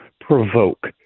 provoke